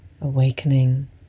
Awakening